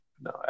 No